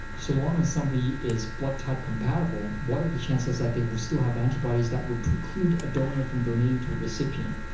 so long as somebody is blood type compatible, what are the chances that they will still have antibodies that will preclude a donor from donating to a recipient?